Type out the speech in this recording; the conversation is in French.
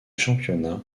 championnats